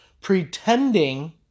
pretending